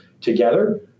together